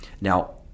Now